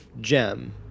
gem